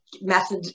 method